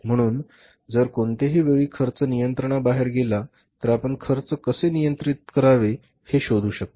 म्हणून जर कोणत्याही वेळी खर्च नियंत्रणाबाहेर गेला तर आपण खर्च कसे नियंत्रित करावे हे शोधू शकतो